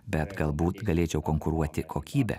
bet galbūt galėčiau konkuruoti kokybe